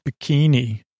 bikini